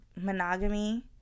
monogamy